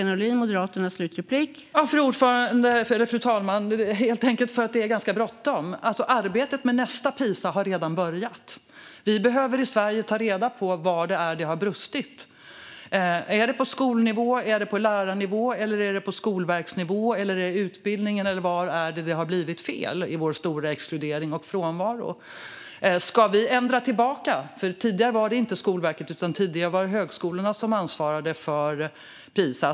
Fru talman! Det är helt enkelt ganska bråttom. Arbetet med nästa PISA har redan börjat. Vi behöver i Sverige ta reda på var det har brustit. Är det på skolnivå? Är det på lärarnivå? Är det på skolverksnivå? Handlar det om utbildningen? Var har det blivit fel i vår stora exkludering och frånvaro? Ska vi ändra tillbaka? Tidigare var det inte Skolverket utan högskolorna som ansvarade för PISA.